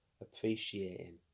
appreciating